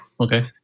Okay